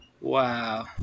Wow